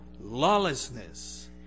Lawlessness